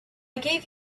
gave